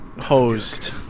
hosed